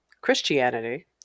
Christianity